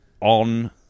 on